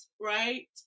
right